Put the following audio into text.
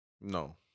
No